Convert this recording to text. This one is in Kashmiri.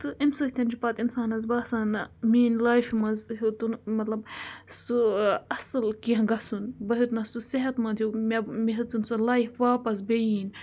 تہٕ اَمۍ سۭتۍ چھُ پَتہٕ اِنسانَس باسان نَہ میٛٲنۍ لایفہِ منٛز تہِ ہیوٚتُن مطلب سُہ اَصٕل کیٚنٛہہ گَژھُن بہٕ ہیوٚتنَس سُہ صحت منٛد ہیوٗ مےٚ مےٚ ہیٚژٕن سۄ لایِف واپَس بیٚیہِ یِنۍ